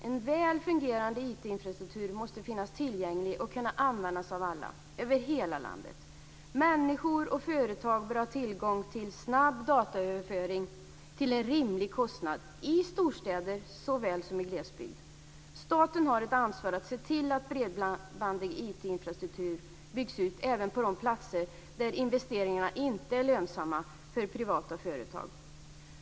En väl fungerande IT-infrastruktur måste finnas tillgänglig och kunna användas av alla över hela landet. Människor och företag bör ha tillång till snabb dataöverföring till en rimlig kostnad i storstäder såväl som i glesbygd. Staten har ett ansvar att se till att bredband i IT-infrastruktur byggs ut även på de platser där investeringarna inte är lönsamma för privata företag.